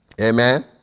Amen